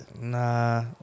Nah